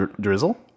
Drizzle